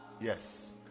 yes